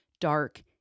dark